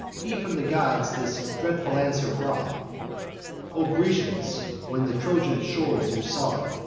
he from the gods this dreadful answer brought o grecians, when the trojan shores you sought,